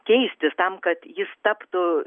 keistis tam kad jis taptų